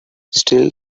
still